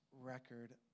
record